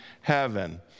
heaven